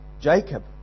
Jacob